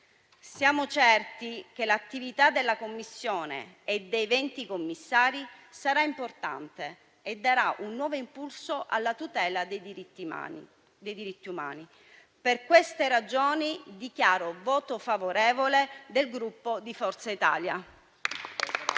Siamo certi che l'attività della Commissione e dei venti Commissari sarà importante e che darà un nuovo impulso alla tutela dei diritti umani. Per queste ragioni, dichiaro il voto favorevole del Gruppo Forza Italia.